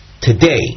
today